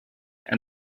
and